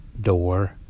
door